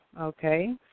okay